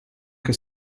che